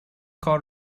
کار